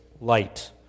light